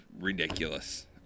ridiculous